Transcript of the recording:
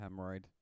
hemorrhoid